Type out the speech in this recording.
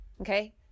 okay